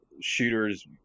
shooters